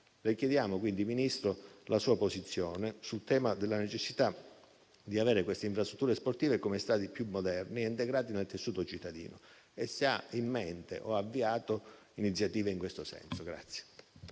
Le chiediamo, Ministro, la sua posizione sul tema della necessità di avere queste infrastrutture sportive come stadi più moderni e integrati nel tessuto cittadino e se ha in mente o ha avviato iniziative in questo senso.